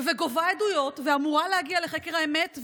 גובה עדויות ואמורה להגיע לחקר האמת.